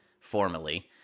formally